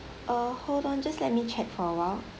uh hold on just let me check for awhile